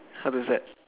how does that